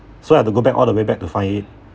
so I have to go back all the way back to find it